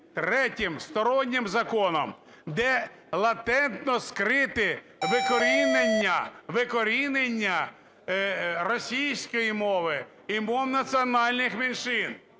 третім стороннім законом, де латентно скриті викорінення російської мови і мов національних меншин.